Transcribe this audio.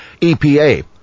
EPA